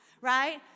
right